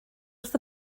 wrth